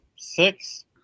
Six